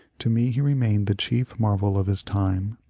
to me he remained the chief marvel of his time.